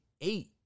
Eight